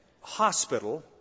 hospital